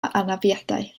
anafiadau